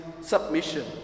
submission